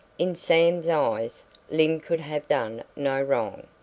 in sam's eyes lyne could have done no wrong.